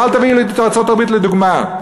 ואל תביאו לי את ארצות-הברית לדוגמה.